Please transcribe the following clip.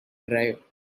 drive